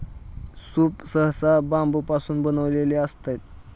soup सहसा बांबूपासून बनविलेले असते